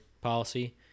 policy